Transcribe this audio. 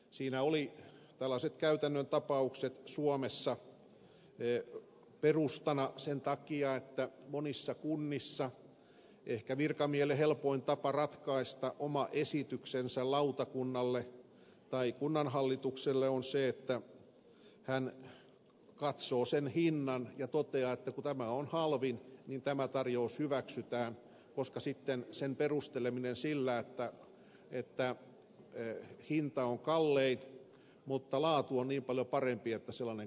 siinä olivat tällaiset käytännön tapaukset suomessa perustana sen takia että monissa kunnissa ehkä virkamiehelle helpoin tapa ratkaista oma esityksensä lautakunnalle tai kunnanhallitukselle on se että hän katsoo sen hinnan ja toteaa että kun tämä on halvin tämä tarjous hyväksytään koska sitten sen perusteleminen on hankalampaa sillä että hinta on kallein mutta laatu on niin paljon parempi että sellainen kannattaa ottaa